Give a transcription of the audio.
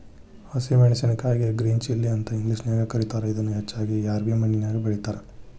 ಹಸಿ ಮೆನ್ಸಸಿನಕಾಯಿಗೆ green chilli ಅಂತ ಇಂಗ್ಲೇಷನ್ಯಾಗ ಕರೇತಾರ, ಇದನ್ನ ಹೆಚ್ಚಾಗಿ ರ್ಯಾವಿ ಮಣ್ಣಿನ್ಯಾಗ ಬೆಳೇತಾರ